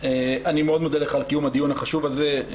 אני מאוד מודה לך על קיום הדיון החשוב הזה.